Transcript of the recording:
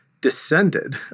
descended